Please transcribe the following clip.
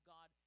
God